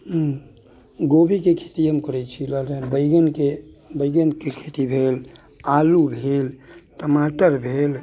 हूँ गोभीके खेती हम करैत छी बैगनके बैगनके खेती भेल आलू भेल टमाटर भेल